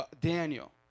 Daniel